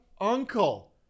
Uncle